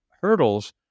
hurdles